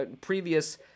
previous